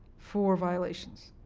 for violations.